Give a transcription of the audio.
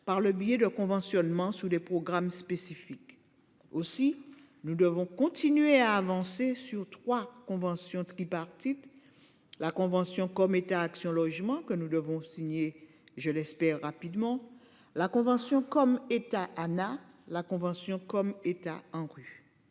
par le biais de conventionnement sous des programmes spécifiques. Aussi, nous devons continuer à avancer sur 3 convention tripartite. La convention comme État Action logement que nous devons signer je l'espère rapidement la convention comme État Anna la convention comme État ANRU.